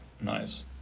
Nice